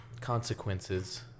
consequences